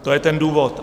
To je ten důvod.